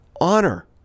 honor